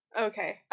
okay